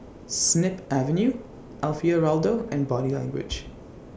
Snip Avenue Alfio Raldo and Body Language